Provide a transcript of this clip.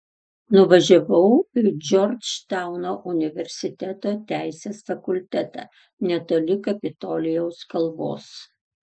nuvažiavau į džordžtauno universiteto teisės fakultetą netoli kapitolijaus kalvos